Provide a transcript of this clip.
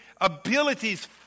abilities